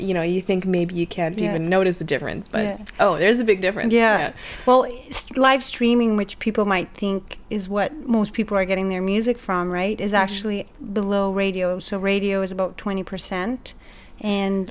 you know you think maybe you can notice the difference oh there's a big difference yeah well live streaming which people might think is what most people are getting their music from right is actually below radio so radio is about twenty percent and